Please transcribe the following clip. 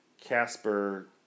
Casper